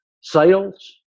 sales